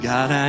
God